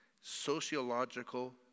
sociological